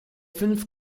fünf